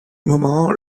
moment